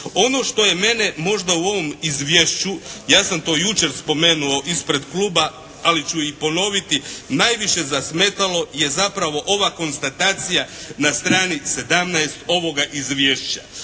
Ono što je mene možda u ovom izvješću ja sam to jučer spomenuo ispred kluba ali ću i ponoviti najviše zasmetalo je zapravo ova konstatacija na strani 17. ovoga izvješća.